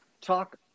talk